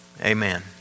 Amen